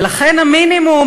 ולכן המינימום,